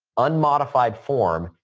unmodified form,